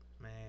man